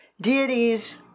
Deities